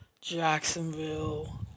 Jacksonville